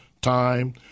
time